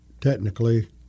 Technically